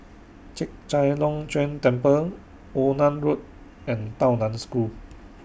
Chek Chai Long Chuen Temple Onan Road and Tao NAN School